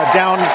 down